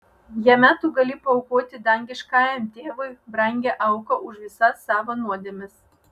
jame tu gali paaukoti dangiškajam tėvui brangią auką už visas savo nuodėmes